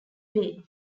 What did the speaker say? bay